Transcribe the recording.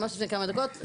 ממש לפני כמה דקות.